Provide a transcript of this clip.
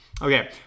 Okay